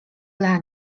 dla